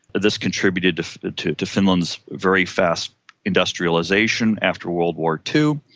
this contributed to to finland's very fast industrialisation after world war two,